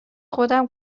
خودم